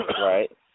right